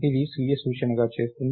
ఇది స్వీయ సూచనగా చేస్తుంది